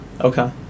Okay